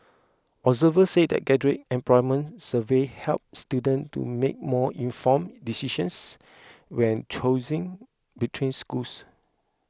observers said graduate employment surveys help students to make more informed decisions when choosing between schools